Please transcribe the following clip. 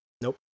nope